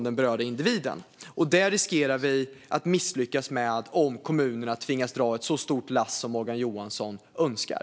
Detta riskerar vi att misslyckas med om kommunerna tvingas dra ett så stort lass som Morgan Johansson önskar.